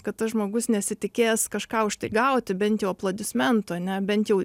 kad tas žmogus nesitikėjęs kažką už tai gauti bent jau aplodismentų ane bent jau